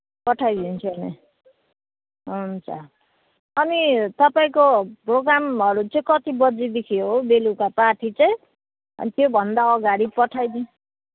पठाइदिन्छु नि हुन्छ अनि तपाईँको प्रोग्रामहरू चाहिँ कतिबजीदेखि हो बेलुका पार्टी चाहिँ अनि त्यो भन्दा अगाडि पठाइदिनु